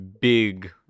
big